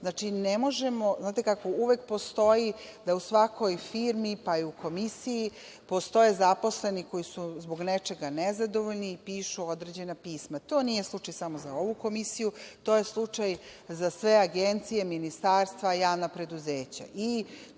tražimo te ugovore na uvid. Uvek postoji da u svakoj firmi, pa i u komisiji, postoje zaposleni koji su zbog nečega nezadovoljni i pišu određena pisma. To nije slučaj samo za ovu komisiju, to je slučaj za sve agencije, ministarstva i javna preduzeća.